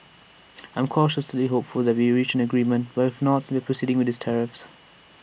I'm cautiously hopeful that we reach an agreement but if not we are proceeding with these tariffs